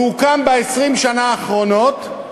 והוקם ב-20 השנה האחרונות,